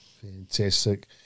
Fantastic